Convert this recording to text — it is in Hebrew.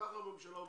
כך הממשלה עובדת.